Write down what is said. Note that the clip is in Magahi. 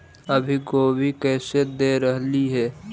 अभी गोभी कैसे दे रहलई हे?